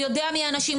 הוא יודע מי האנשים,